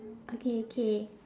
okay K